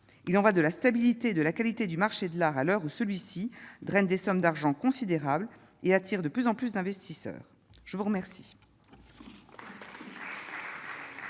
il en va de la stabilité de la qualité du marché de l'art, à l'heure où celui-ci draine des sommes d'argent considérables et attire de plus en plus d'investisseurs, je vous remercie.